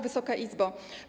Wysoka Izbo!